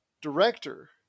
director